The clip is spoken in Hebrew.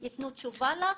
ייתנו תשובה לה?